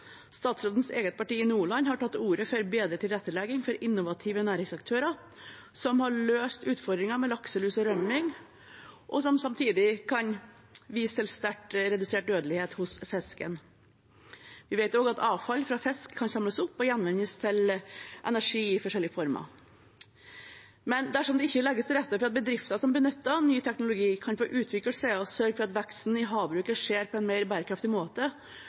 Statsrådens eget parti i Nordland har tatt til orde for bedre tilrettelegging for innovative næringsaktører som har løst utfordringen med lakselus og rømming, og som samtidig kan vise til sterkt redusert dødelighet hos fisken. Vi vet også at avfall fra fisk kan samles opp og gjenvinnes til energi i forskjellige former. Men dersom det ikke legges til rette for at bedrifter som benytter ny teknologi kan få utvikle seg og sørge for at veksten i havbruket skjer på en mer bærekraftig måte,